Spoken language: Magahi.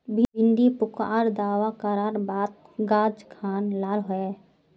भिन्डी पुक आर दावा करार बात गाज खान लाल होए?